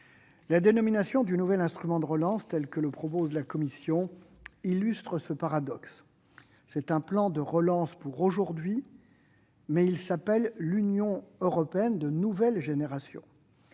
La dénomination du nouvel instrument de relance telle que proposée par la Commission illustre ce paradoxe : c'est un plan de relance pour aujourd'hui, mais il se nomme « Union européenne de nouvelle génération